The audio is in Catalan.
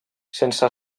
sense